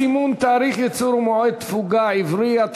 סימון תאריך ייצור ומועד תפוגה עברי),